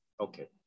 Okay